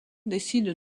décide